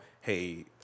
hey